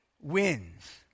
wins